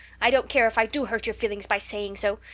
i don't care if i do hurt your feelings by saying so!